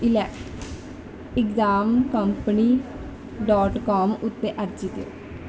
exam company dot com ਉੱਤੇ ਅਰਜ਼ੀ ਦਿਓ